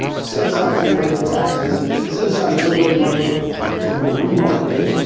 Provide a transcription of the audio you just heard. set aside some money for taxes, set aside a little bit of money for remarketing,